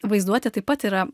vaizduotė taip pat yra